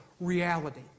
reality